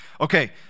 Okay